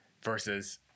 versus